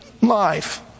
life